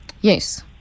Yes